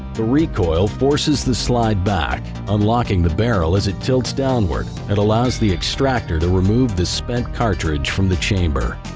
the recoil forces the slide back unlocking the barrel as it tilts downward and allows the extractor to remove the spent cartridge from the chamber.